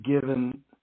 Given